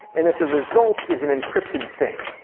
and that the result is an encrypted thing.